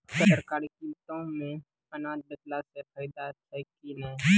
सरकारी कीमतों मे अनाज बेचला से फायदा छै कि नैय?